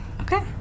Okay